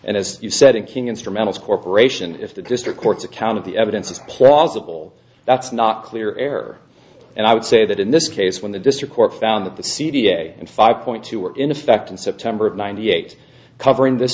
and as you said in king instrumentals corporation if the district courts account of the evidence is plausible that's not clear error and i would say that in this case when the district court found that the c d a and five point two were in effect in september of ninety eight covering this